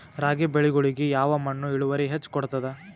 ರಾಗಿ ಬೆಳಿಗೊಳಿಗಿ ಯಾವ ಮಣ್ಣು ಇಳುವರಿ ಹೆಚ್ ಕೊಡ್ತದ?